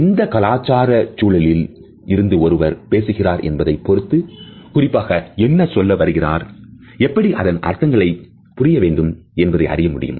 எந்த கலாச்சார சூழலில் இருந்து ஒருவர் பேசுகிறார் என்பதைப் பொருத்து குறிப்பாக என்ன சொல்ல வருகிறார் எப்படி அதன் அர்த்தங்களை புரிய வேண்டும் என்பதை அறிய முடியும்